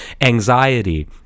anxiety